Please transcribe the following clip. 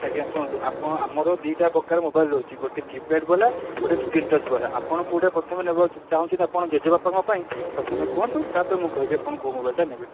ଆଜ୍ଞା ଶୁଣନ୍ତୁ ଆପଣ ଆମର ଦୁଇଟା ପ୍ରକାର ମୋବାଇଲ୍ ରହୁଛି ଗୋଟେ କୀ ପ୍ୟାଡ଼୍ ବାଲା ଗୋଟେ ସ୍କ୍ରିନ୍ ଟଚ୍ ବାଲା ଆପଣ କେଉଁଟା ପ୍ରଥମେ ନେବାକୁ ଚାହୁଁଛନ୍ତି ଆପଣଙ୍କ ଜେଜେବାପାଙ୍କ ପାଇଁ ପ୍ରଥମେ କୁହନ୍ତୁ ତା'ପରେ ମୁଁ କହିବି ଆପଣ କେଉଁ ମୋବାଇଲ୍ଟା ନେବେ